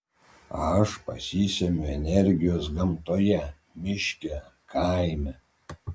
aš pasisemiu energijos gamtoje miške kaime